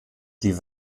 die